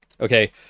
Okay